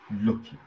looking